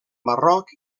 marroc